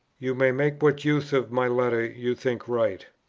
you may make what use of my letters you think right.